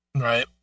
Right